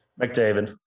McDavid